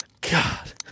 God